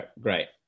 great